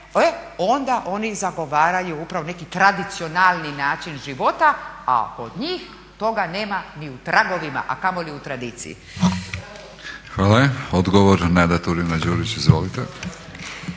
onda oni zagovaraju upravno neki tradicionalni način života a od njih toga nema ni u tragovima a kamoli u tradiciji. **Batinić, Milorad (HNS)** Hvala. Odgovor Nada Turina-Đurić. Izvolite.